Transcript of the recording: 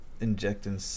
Injecting